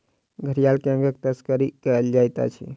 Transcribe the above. घड़ियाल के अंगक तस्करी कयल जाइत अछि